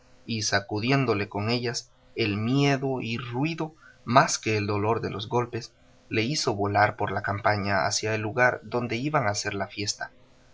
y sacudiéndole con ellas el miedo y ruido más que el dolor de los golpes le hizo volar por la campaña hacia el lugar donde iban a hacer la fiesta